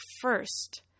first